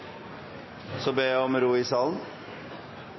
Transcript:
Så jeg ber om